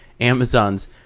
Amazon's